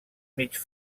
mig